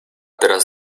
teraz